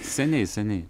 seniai seniai